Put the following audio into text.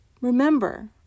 remember